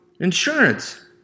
Insurance